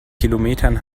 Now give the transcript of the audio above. kilometern